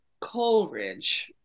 Coleridge